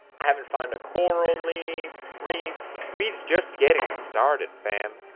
i haven't found a coral leaf reef weeds just getting started fam.